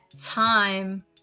time